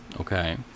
Okay